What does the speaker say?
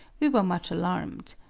we were much alarmed.